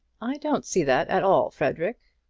i don't see that at all, frederic.